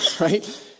right